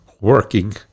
working